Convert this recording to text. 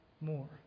more